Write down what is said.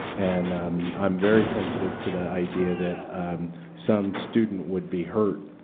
and um i'm very sensitive to the idea that some student would be hurt,